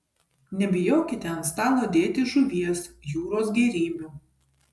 nebijokite ant stalo dėti žuvies jūros gėrybių